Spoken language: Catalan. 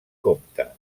compte